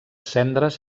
cendres